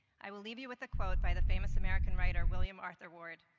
i will leave you with a quote by the famous american writer, william arthur ward.